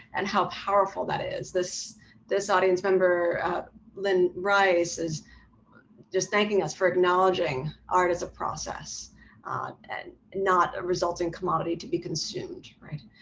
and how powerful that is. this this audience member lynn rice is just thanking us for acknowledging art as a process and not a resulting commodity to be consumed, right?